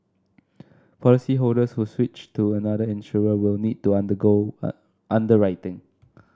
policyholders who switch to another insurer will need to undergo underwriting